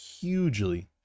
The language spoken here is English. hugely